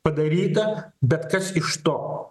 padaryta bet kas iš to